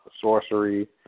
sorcery